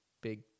big